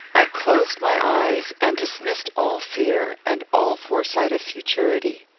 i closed my eyes, and dismissed all fear, and all foresight of futurity.